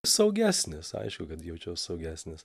saugesnis aišku kad jaučiaus saugesnis